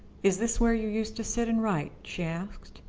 is this where you used to sit and write? she asked.